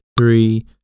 three